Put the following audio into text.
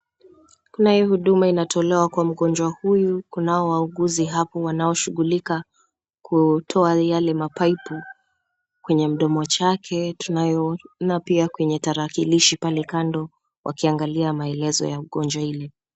Kunayo huduma inatolewa kwa mgonjwa huyu. Kunao wauguzi hapo wanaoshughulika kutoa yale mapaipu kwenye mdomo chake. Tunaona pia kwenye tarakilishi pale kando wakiangalia maelezo ya ugonjwa ile.